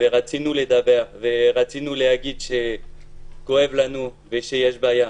ורצינו לדבר, ורצינו להגיד שכואב לנו ושיש בעיה.